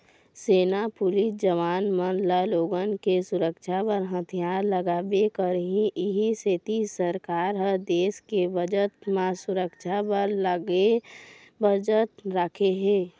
सेना, पुलिस जवान मन ल लोगन के सुरक्छा बर हथियार लागबे करही इहीं सेती सरकार ह देस के बजट म सुरक्छा बर अलगे बजट राखे हे